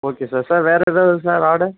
okay sir sir வேறு ஏதாவது sir order